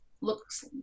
looks